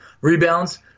rebounds